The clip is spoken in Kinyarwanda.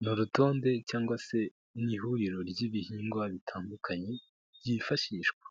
Ni urutonde cyangwa se ni ihuriro ry'ibihingwa bitandukanye byiyifashishwa